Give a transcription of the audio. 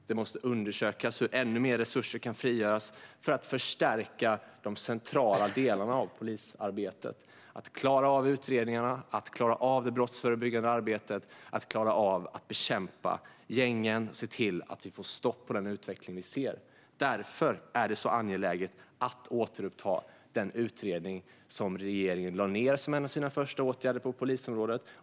Det måste undersökas hur ännu mer resurser kan frigöras för att förstärka de centrala delarna av polisarbetet - att klara av utredningarna, att klara av det brottsförebyggande arbetet, att klara av att bekämpa gängen och att se till att vi får stopp på den utveckling som vi ser. Därför är det så angeläget att återuppta den utredning som regeringen lade ned som en av sina första åtgärder på polisområdet.